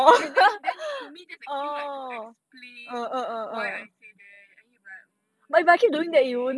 then then then to me that's a cue like to explain why I say that and you will be like hmm okay